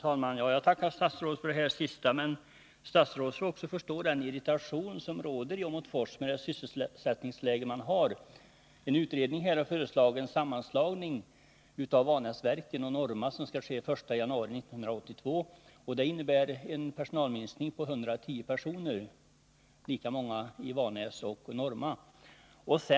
Herr talman! Jag tackar statsrådet för det sista beskedet. Men statsrådet måste också förstå den irritation som råder i Åmotfors, mot bakgrund av det sysselsättningsläge man har där. En utredning har föreslagit att en sammanslagning av Vanäsverken och Norma Projektilfabrik skall ske den 1 januari 1982, något som skulle innebära en personalminskning om totalt 110 personer — lika många i vartdera företaget.